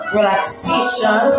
Relaxation